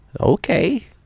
Okay